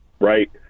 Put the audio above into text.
Right